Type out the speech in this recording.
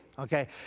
Okay